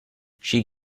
she